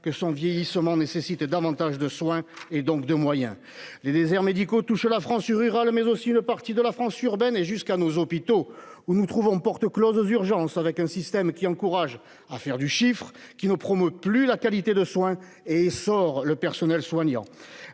que son vieillissement nécessite davantage de soins et donc de moyens les déserts médicaux touche la France rurale mais aussi une partie de la France urbaine et jusqu'à nos hôpitaux où nous trouvons porte Close aux urgences avec un système qui encourage à faire du chiffre, qui ne promeut plus la qualité de soins et sort le personnel soignant